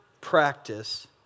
practice